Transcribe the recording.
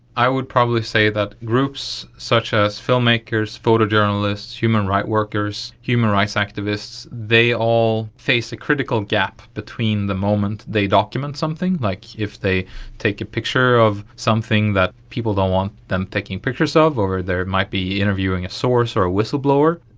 i would probably say that groups such as filmmakers, photojournalists, human rights workers, human rights activists, they all face a critical gap between the moment they document something, like if they take a picture of something that people don't want them taking pictures ah of, or they might be interviewing a source or a whistleblower,